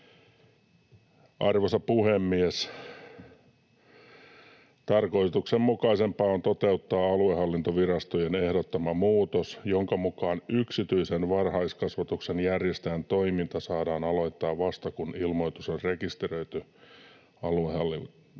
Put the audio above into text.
Arvoisa puhemies! ”Tarkoituksenmukaisempaa on toteuttaa aluehallintovirastojen ehdottama muutos, jonka mukaan yksityisen varhaiskasvatuksen järjestäjän toiminta saadaan aloittaa vasta, kun ilmoitus on rekisteröity aluehallintovirastossa.”